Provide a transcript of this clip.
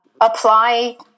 apply